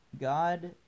God